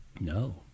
No